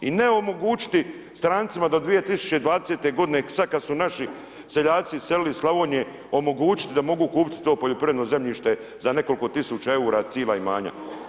I ne omogućiti strancima do 2020. godine, sada kada su naši seljaci iselili iz Slavonije omogućiti da mogu kupiti to poljoprivredno zemljište za nekoliko tisuća eura cijela imanja.